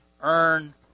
earn